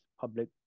public